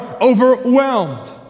overwhelmed